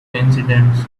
incidents